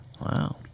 Wow